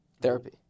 Therapy